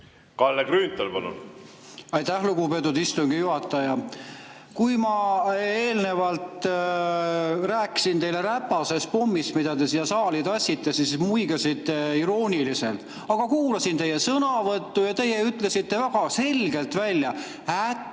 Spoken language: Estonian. Kalle Grünthal, palun! Aitäh, lugupeetud istungi juhataja! Kui ma eelnevalt rääkisin teile räpasest pommist, mida te siia saali tassite, siis te muigasite irooniliselt. Aga kuulasin teie sõnavõttu ja te ütlesite väga selgelt välja: